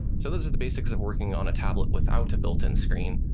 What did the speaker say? so those are the basics of working on a tablet without a built-in screen.